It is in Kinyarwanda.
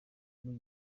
gihe